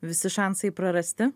visi šansai prarasti